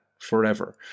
forever